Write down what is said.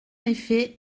effet